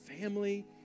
family